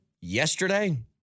yesterday